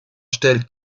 stellt